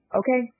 okay